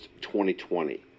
2020